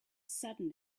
sudden